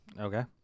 okay